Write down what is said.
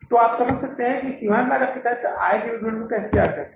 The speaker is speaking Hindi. तो आप समझ सकते हैं कि हम सीमांत लागत के तहत आय विवरण कैसे तैयार करते हैं